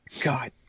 God